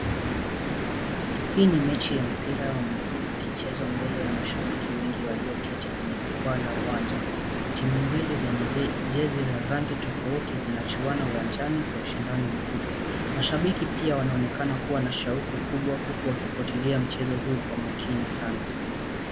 Hii ni mechi ya mpira wa mguu ikichezwa mbele ya mashabiki wengi walioketi kwenye jukwaa la uwanja. Timu mbili zenye jezi ya rangi tofauti zinachuana uwanjani kwa ushindani mkubwa. Mashabiki pia wanaonekana kuwa na shauku kubwa huku wakifuatilia mchezo huu kwa makini sana.